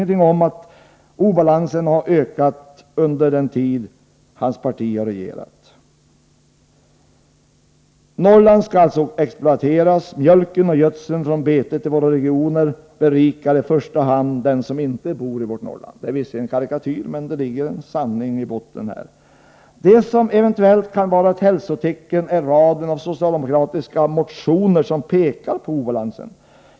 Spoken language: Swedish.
Norrland skall alltså även fortsättningsvis exploateras, mjölken och gödseln från betet i våra regioner berikar i första hand dem som inte bor i vårt Norrland. Det är visserligen en karikatyr, men det ligger en kärna av sanning i botten. Det som eventuellt kan vara ett hälsotecken är raden av socialdemokratiska motioner som pekar på obalansen.